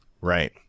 Right